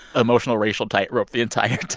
emotional racial tightrope the entire